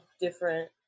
different